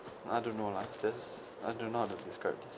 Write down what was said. I don't know like this I don't know how to describe this